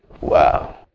Wow